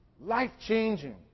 life-changing